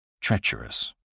Treacherous